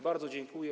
Bardzo dziękuję.